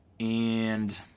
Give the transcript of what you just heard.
and